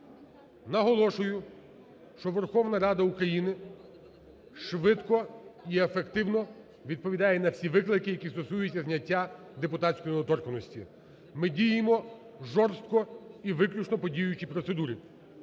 Наголошую, що Верховна Рада України швидко і ефективно відповідає на всі виклики, які стосуються зняття депутатської недоторканності. Ми діємо жорстко і виключно по діючій процедурі.